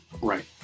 Right